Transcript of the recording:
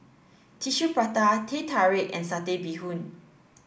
Tissue Prata Teh Tarik and satay bee hoon